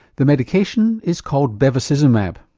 the medication is called bevacizumab,